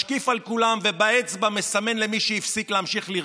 משקיף על כולם ובאצבע מסמן למי שהפסיק להמשיך לרקוד.